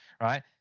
right